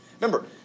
Remember